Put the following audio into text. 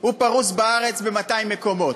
פרוס בארץ ב-200 מקומות.